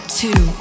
two